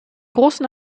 großen